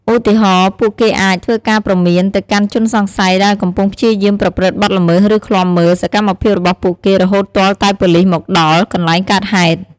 ឧទាហរណ៍ ពួកគេអាច ធ្វើការព្រមាន ទៅកាន់ជនសង្ស័យដែលកំពុងព្យាយាមប្រព្រឹត្តបទល្មើស ឬ ឃ្លាំមើល សកម្មភាពរបស់ពួកគេរហូតទាល់តែប៉ូលិសមកដល់កន្លែងកើតហេតុ។